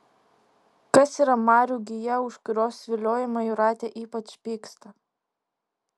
kas yra marių gija už kurios viliojimą jūratė ypač pyksta